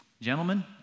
Gentlemen